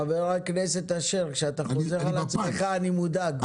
חבר הכנסת אשר, כשאתה חוזר על עצמך אני מודאג.